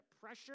pressure